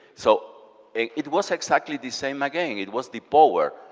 so it it was exactly the same again. it was the power.